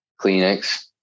Kleenex